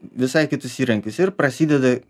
visai kitus įrankius ir prasideda